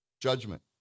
Judgment